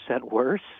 worse